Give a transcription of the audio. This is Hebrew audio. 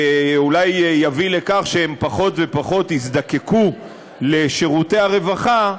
מה שאולי יביא לכך שהם פחות ופחות יזדקקו לשירותי הרווחה,